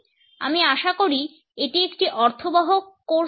আমি আশা করি এটি একটি অর্থবহ কোর্স হয়েছে